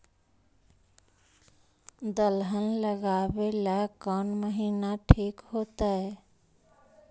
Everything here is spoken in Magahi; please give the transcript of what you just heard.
दलहन लगाबेला कौन महिना ठिक होतइ?